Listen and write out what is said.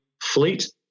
fleet